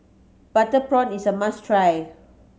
butter prawn is a must try